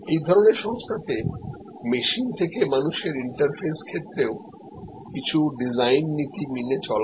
এই ধরনের সংস্থা যেখানে মেশিন আর মানুষের ইন্টারফেসে ইন্তেরাকশন হয় সেখানেও কিছু ডিজাইন নীতি মেনে চলে